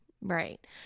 Right